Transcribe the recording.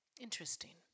interesting